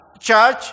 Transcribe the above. church